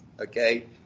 okay